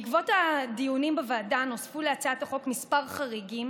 בעקבות הדיונים בוועדה נוספו להצעת החוק כמה חריגים